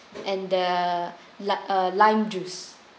and the err lime juice